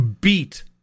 beat